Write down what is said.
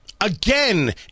Again